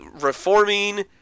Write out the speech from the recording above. reforming